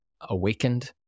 awakened